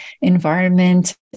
environment